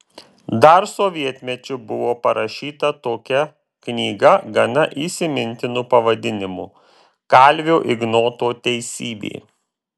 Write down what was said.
dar sovietmečiu buvo parašyta tokia knyga gana įsimintinu pavadinimu kalvio ignoto teisybė